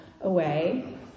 away